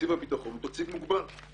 תקציב הביטחון הוא מוגבל.